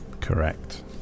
Correct